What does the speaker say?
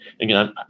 again